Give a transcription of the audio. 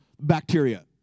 bacteria